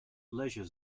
leisure